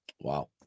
Wow